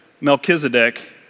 Melchizedek